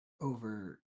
over